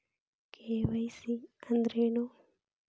KYC ಅಂದ್ರೇನು?